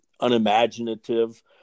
unimaginative